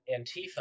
Antifa